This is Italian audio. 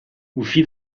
uscì